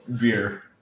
Beer